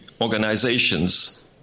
organizations